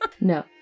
No